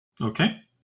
Okay